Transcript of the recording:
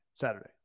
Saturday